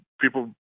people